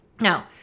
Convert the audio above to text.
Now